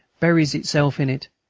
buries itself in it,